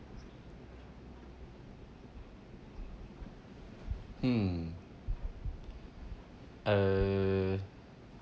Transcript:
hmm uh